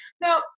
Now